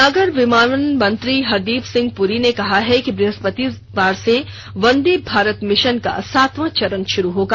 नागर विमानन मंत्री हरदीप सिंह पुरी ने कहा है कि ब्रहस्पतिवार से वंदे भारत मिशन का सातवां चरण शुरू होगा